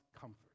comfort